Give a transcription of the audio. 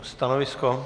Stanovisko?